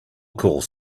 calls